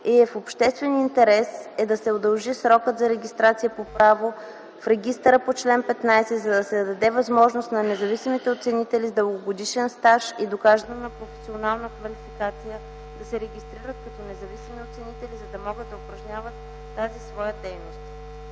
и е в обществен интерес да се удължи срокът за регистрация по право в регистъра по чл. 15, за да се даде възможност на независимите оценители с дългогодишен стаж и доказана професионална квалификация да се регистрират като независими оценители, за да могат упражняват тази своя дейност.